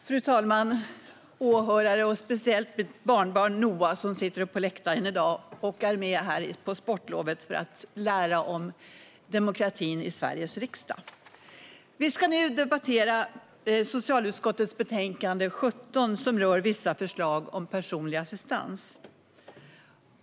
Fru talman, åhörare och speciellt mitt barnbarn Noah, som sitter uppe på läktaren i dag och är med här på sportlovet för att lära om demokratin i Sveriges riksdag! Vi ska nu debattera socialutskottets betänkande 17, som rör vissa förslag om personlig assistans.